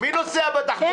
מי נוסע בתחבורה הציבורית,